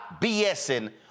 BSing